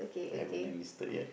haven't enlisted yet